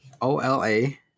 O-L-A